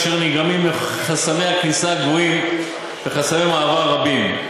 ונגרם מחסמי כניסה גבוהים וחסמי מעבר רבים.